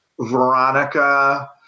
Veronica